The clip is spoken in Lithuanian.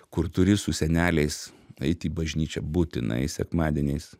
kur turi su seneliais eiti į bažnyčią būtinai sekmadieniais